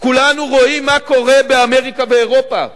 כולנו רואים מה קורה באמריקה ואירופה,